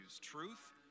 truth